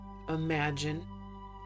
imagine